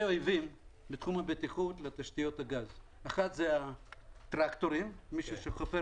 אויבים בתחום הבטיחות בתשתיות הגז האחד זה הטרקטורים שחופרים